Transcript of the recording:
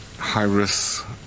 high-risk